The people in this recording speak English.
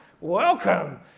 welcome